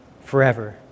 forever